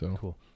cool